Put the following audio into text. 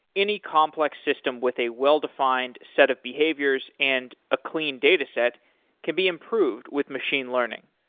any complex system with a well-defined set of behaviors and a clean dataset can be improved with machine learning.